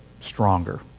stronger